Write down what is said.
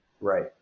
Right